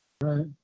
Right